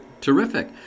Terrific